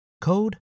code